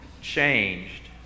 changed